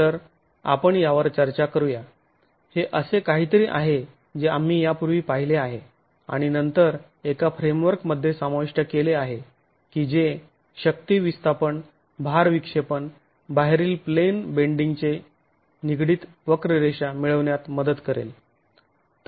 तर आपण यावर चर्चा करू या हे असे काहीतरी आहे जे आम्ही यापूर्वी पाहिले आहे आणि नंतर एका फ्रेमवर्क मध्ये समाविष्ट केले आहे की जे शक्ती विस्थापन भार विक्षेपण बाहेरील प्लेन बेंडींगशी निगडित वक्ररेषा मिळविण्यात मदत करेल